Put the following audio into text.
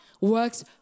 works